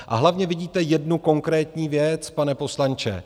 A hlavně vidíte jednu konkrétní věc, pane poslanče.